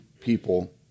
people